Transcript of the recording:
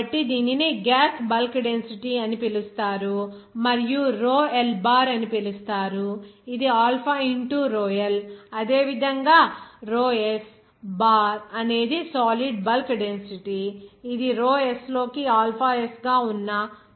కాబట్టి దీనిని gas bulk density అని పిలుస్తారు మరియు రో ఎల్ బార్ అని పిలుస్తారు ఇది ఆల్ఫా ఇంటూ rho L అదేవిధంగా rho S బార్ అనేది సాలిడ్ బల్క్ డెన్సిటీ ఇది Rho S లోకి ఆల్ఫా S గా ఉన్న సాలిడ్ బల్క్ డెన్సిటీ